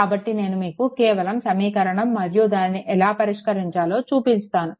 కాబట్టి నేను మీకు కేవలం సమీకరణం మరియు దానిని ఎలా పరిష్కరించాలో చూపిస్తాను